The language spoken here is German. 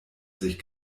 sich